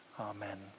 Amen